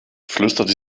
flüsterte